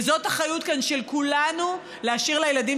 וזאת אחריות כאן של כולנו להשאיר לילדים